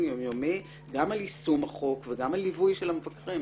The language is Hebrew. יום יומי גם על יישום החוק וגם על ליווי של המבקרים.